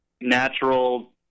natural